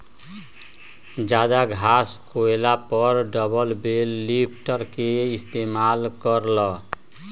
जादा घास होएला पर डबल बेल लिफ्टर के इस्तेमाल कर ल